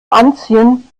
anziehen